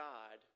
God